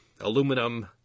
aluminum